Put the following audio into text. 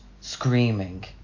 screaming